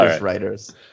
writers